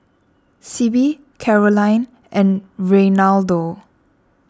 Sibbie Caroline and Reinaldo